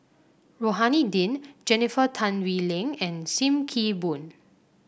Rohani Din Jennifer Tan Bee Leng and Sim Kee Boon